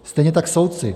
Stejně tak soudci.